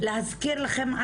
להזכיר לכם,